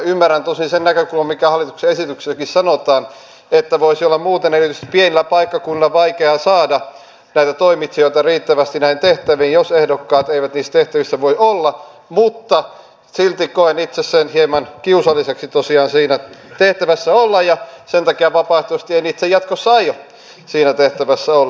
ymmärrän tosin sen näkökulman mikä hallituksen esityksessäkin sanotaan että voisi olla muuten erityisesti pienillä paikkakunnilla vaikeaa saada näitä toimitsijoita riittävästi näihin tehtäviin jos ehdokkaat eivät niissä tehtävissä voi olla mutta silti koen itse hieman kiusalliseksi tosiaan siinä tehtävässä olla ja sen takia vapaaehtoisesti en itse jatkossa aio siinä tehtävässä olla